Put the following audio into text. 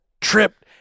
tripped